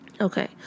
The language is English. Okay